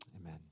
Amen